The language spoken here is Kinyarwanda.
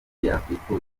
yakwifuza